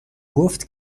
گفت